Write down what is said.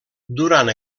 durant